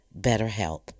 BetterHelp